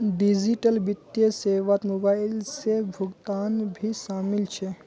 digital वित्तीय सेवात mobile से भुगतान भी शामिल छे